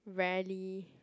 rarely